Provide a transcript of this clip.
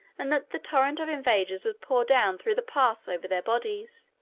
and that the torrent of invaders would pour down through the pass over their bodies.